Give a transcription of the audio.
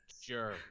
sure